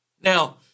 Now